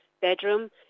bedroom